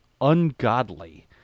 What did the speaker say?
ungodly